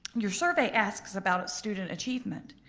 your survey asks about student achievement.